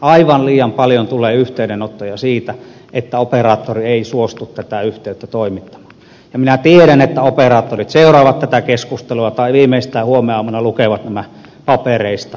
aivan liian paljon tulee yhteydenottoja siitä että operaattori ei suostu tätä yhteyttä toimittamaan ja minä tiedän että operaattorit seuraavat tätä keskustelua tai viimeistään huomenaamuna lukevat nämä papereista